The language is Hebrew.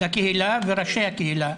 לקהילה וראשי הקהילה.